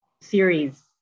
series